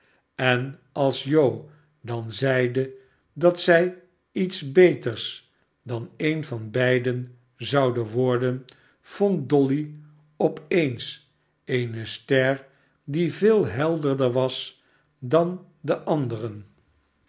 en als joe dan zeide dat zij iets beters dan een van beiden zouden worden vond dolly op eens eene ster die veel helderder was dan de anderen